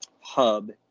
hub